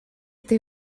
ydy